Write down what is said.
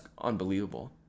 unbelievable